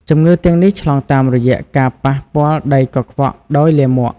ជំងឺទាំងនេះឆ្លងតាមរយៈការប៉ះពាល់ដីកខ្វក់ដោយលាមក។